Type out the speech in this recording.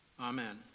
Amen